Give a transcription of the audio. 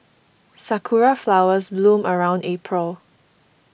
sakura flowers bloom around April